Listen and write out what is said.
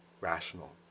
rational